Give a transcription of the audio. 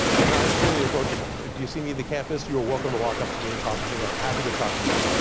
and i'm totally approachable. if you see me in the campus, you are welcome to walk up to me and talk to me. i'm happy to talk to you.